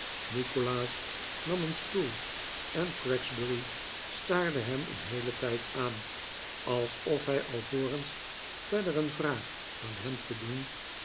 nikolaas nam een stoel en gregsbury staarde hem een heelen tijd aan alsof hij alvorens verder een vraag aan hem te doen